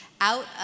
out